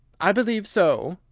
i believe so,